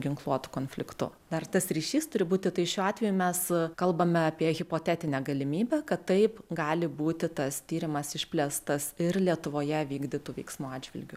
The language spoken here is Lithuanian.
ginkluotu konfliktu dar tas ryšys turi būti tai šiuo atveju mes kalbame apie hipotetinę galimybę kad taip gali būti tas tyrimas išplėstas ir lietuvoje vykdytų veiksmų atžvilgiu